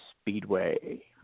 Speedway